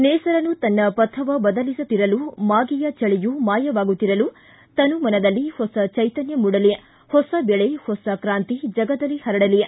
ನೇಸರನು ತನ್ನ ಪಥವ ಬದಲಿಸುತಿರಲು ಮಾಗಿಯ ಚಳಿಯು ಮಾಯವಾಗುತಿರಲು ತನು ಮನದಲ್ಲಿ ಹೊಸ ಚೈತನ್ಯ ಮೂಡಲಿ ಹೊಸ ಬೆಳೆ ಹೊಸ ಕ್ರಾಂತಿ ಜಗದಲಿ ಪರಡಲಿ